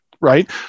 right